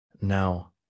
now